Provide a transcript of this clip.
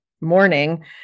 morning